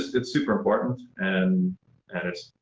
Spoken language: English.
it's super important, and and it's,